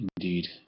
indeed